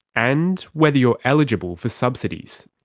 and whether you're eligible for subsidies,